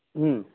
হুম